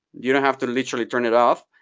you don't have to literally turn it off,